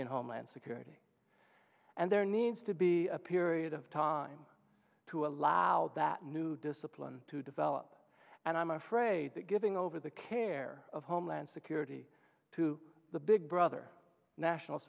in homeland security and there needs to be a period of time to allow that new discipline to develop and i'm afraid that giving over the care of homeland security to the big brother national